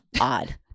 odd